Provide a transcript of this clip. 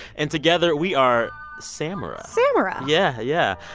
and together, we are samara samara yeah, yeah.